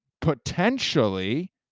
potentially